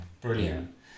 Brilliant